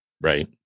Right